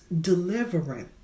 delivering